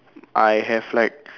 I have like